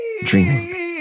dreaming